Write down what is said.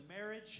marriage